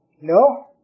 No